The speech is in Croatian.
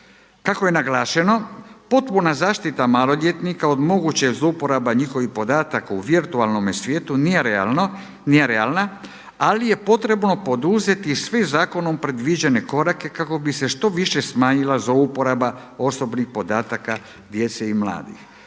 Kako je naglašeno potpuna zaštita maloljetnika od moguće zlouporabe njihovih podataka u virtualnome svijetu nije realna, ali je potrebno poduzeti sve zakonom predviđene korake kako bi se što više smanjila zlouporaba osobnih podataka djece i mladih.